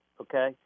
okay